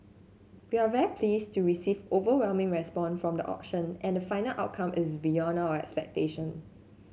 we are very pleased to receive overwhelming response from the auction and the final outcome is beyond our expectation